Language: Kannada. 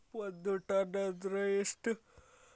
ಒಂದ್ ಟನ್ ಅಂದ್ರ ಎಷ್ಟ?